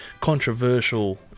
controversial